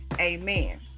amen